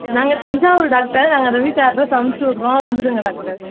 நாங்கள் தஞ்சாவூர் டாக்டர் நாங்கள் அது வீட்டு அட்ரஸ் அமுச்சுவிட்றோம் வந்துடுங்க டாக்டர்